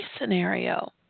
scenario